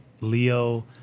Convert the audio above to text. leo